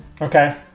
Okay